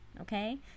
okay